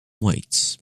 waits